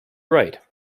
right